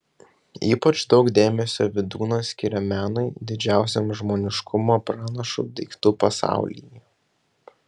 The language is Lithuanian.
ypač daug dėmesio vydūnas skiria menui didžiausiam žmoniškumo pranašui daiktų pasaulyje